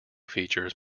features